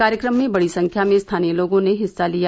कार्यक्रम में बड़ी संख्या में स्थानीय लोगों ने हिस्सा लिया